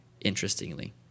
interestingly